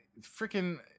freaking